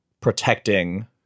protecting